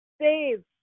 save